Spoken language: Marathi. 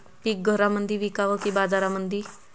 पीक घरामंदी विकावं की बाजारामंदी?